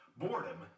boredom